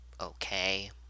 okay